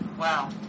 wow